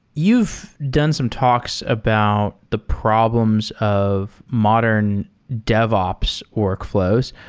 you've done some talks about the problems of modern devops workfl ows.